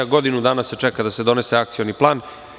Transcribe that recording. Godinu dana se čeka da se donese akcioni plan.